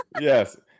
Yes